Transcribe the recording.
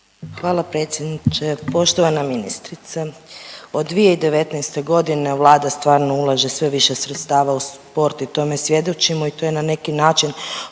Hvala predsjedniče. Poštovana ministrice, od 2019.g. vlada stvarno ulaže sve više sredstava u sport i tome svjedočimo i to je na neki način